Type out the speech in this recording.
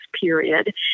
period